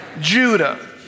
Judah